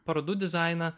parodų dizainą